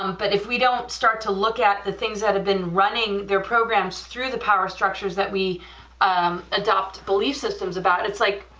um but if we don't start to look at the things that have been running their programs through the power structures that we adopt belief systems about it. it's like